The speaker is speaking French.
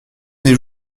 des